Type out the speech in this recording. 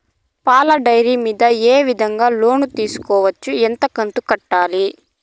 పాల డైరీ మీద ఏ విధంగా లోను తీసుకోవచ్చు? ఎంత కంతు కట్టాలి?